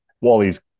Wally's